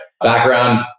background